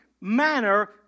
manner